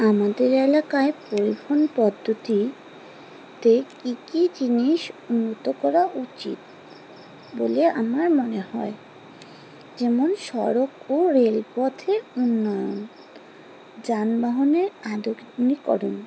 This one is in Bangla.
আমাদের এলাকায় পরিবহন পদ্ধতিতে কী কী জিনিস উন্নত করা উচিৎ বলে আমার মনে হয় যেমন সড়ক ও রেলপথের উন্নয়ন যানবাহনের আধুনিকীকরণ